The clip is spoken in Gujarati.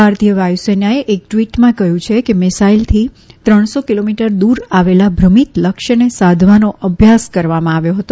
ભારતીય વાયુસેનાએ એક ટ્વીટમાં કહ્યું છે કે મિસાઈલોથી ત્રણસો કિલોમીટર દૂર આવેલા ભ્રમિત લક્ષ્યને સાધવાનો અભ્યાસ કરવામાં આવ્યો હતો